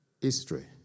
history